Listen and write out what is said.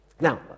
Now